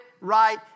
right